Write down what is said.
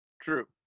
True